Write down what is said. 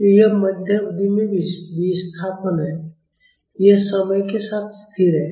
तो यह मध्य अवधि में विस्थापन है यह समय के साथ स्थिर है